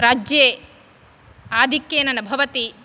राज्ये आधिक्येन न भवति